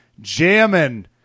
jamming